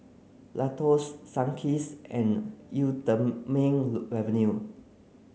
Lacoste Sunkist and Eau Thermale Avene